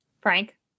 Frank